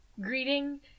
greeting